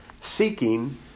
seeking